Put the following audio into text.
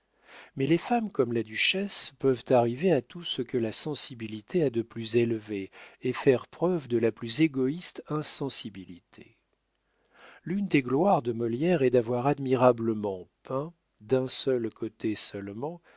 mais les femmes comme la duchesse peuvent arriver à tout ce que la sensibilité a de plus élevé et faire preuve de la plus égoïste insensibilité l'une des gloires de molière est d'avoir admirablement peint d'un seul côté seulement